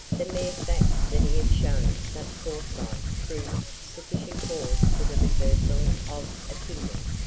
the mere fact that he had shown such foresight proved sufficient cause for the reversal of opinion.